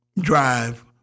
drive